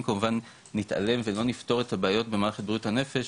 כמובן נתעלם ולא נפתור את הבעיות במערכת בריאות הנפש,